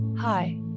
Hi